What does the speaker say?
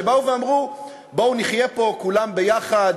שבאו ואמרו: בואו נחיה פה כולם ביחד,